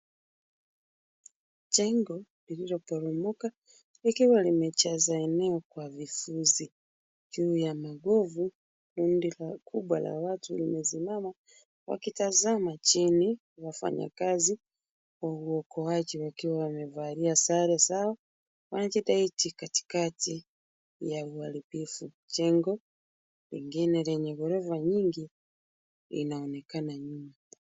Jengo lililoporomoka likiwa limejaza eneo kwa vifusi. Juu ya makovu kundi kubwa la watu limesimama wakitazama chini wafanyakazi wa uwokoaji wakiwa wamevalia sare zao. Wanajitahidi katikati ya uharibifu. Jengo lingine lenye ghorofa nyingi linaonekana nyuma.